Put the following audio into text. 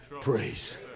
praise